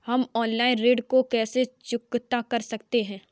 हम ऑनलाइन ऋण को कैसे चुकता कर सकते हैं?